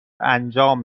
انجام